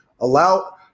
Allow –